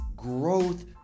Growth